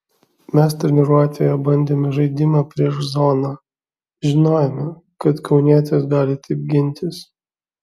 mes treniruotėje bandėme žaidimą prieš zoną žinojome kad kaunietės gali taip gintis